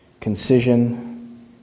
concision